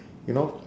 you know